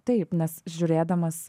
taip nes žiūrėdamas